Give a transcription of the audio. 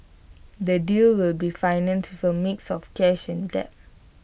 the deal will be financed for mix of cash and debt